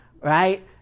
Right